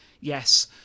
yes